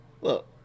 Look